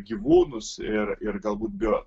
gyvūnus ir ir galbūt bio